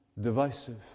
divisive